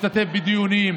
משתתף בדיונים,